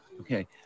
Okay